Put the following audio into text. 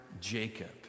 Jacob